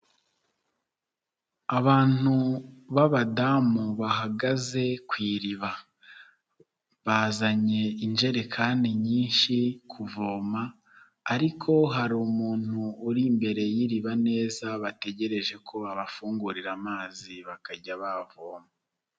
Abantu b'abadamu bahagaze ku iriba bazanye injerekani nyinshi kuvoma ariko hari umuntu uri imbere y'iriba neza bategereje ko abafungurira amazi bakajya bavoma.